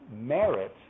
merit